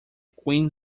queen